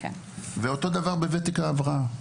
ואותו דבר בוותק ההבראה.